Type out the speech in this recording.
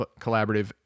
Collaborative